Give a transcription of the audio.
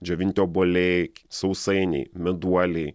džiovinti obuoliai sausainiai meduoliai